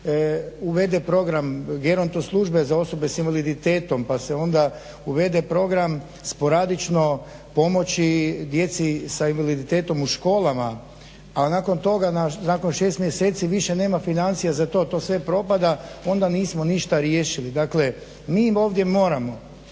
uvede program geronto službe za osobe s invaliditetom pa se onda uvede program sporadično pomoći djeci sa invaliditetom u školama, a nakon toga nakon 6 mjeseci više nema financija za to i to sve propada onda nismo ništa riješili. Dakle, mi im ovdje moramo